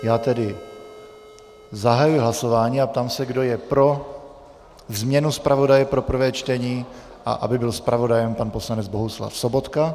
Já tedy zahajuji hlasování a ptám se, kdo je pro změnu zpravodaje pro prvé čtení a aby byl zpravodajem pan poslanec Bohuslav Sobotka.